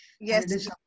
Yes